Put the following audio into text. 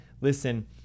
Listen